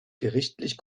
gerichtlich